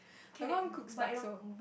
my mum cooks bakso